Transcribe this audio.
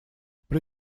при